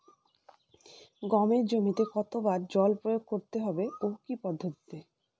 গমের জমিতে কতো বার জল প্রয়োগ করতে হবে ও কি পদ্ধতিতে?